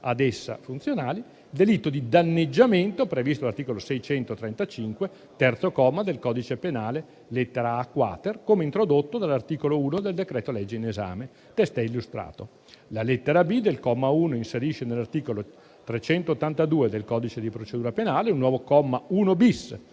ad essa funzionali, e il delitto di danneggiamento, previsto dall'articolo 635, terzo comma, del codice penale (lettera a-*quater*), come introdotto dall'articolo 1 del decreto-legge in esame, testé illustrato. La lettera *b)* del comma 1 inserisce all'articolo 382 del codice di procedura penale un nuovo comma 1-*bis*,